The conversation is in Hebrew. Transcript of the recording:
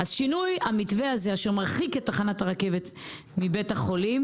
אז שינוי המתווה הזה אשר מרחיק את תחנת הרכבת מבית החולים.